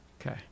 Okay